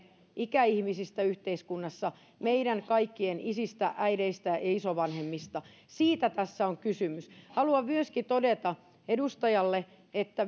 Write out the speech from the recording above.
ikäihmisistä yhteiskunnassa meidän kaikkien isistä äideistä ja isovanhemmista siitä tässä on kysymys haluan myöskin todeta edustajalle että